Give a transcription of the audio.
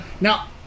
Now